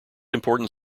important